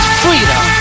freedom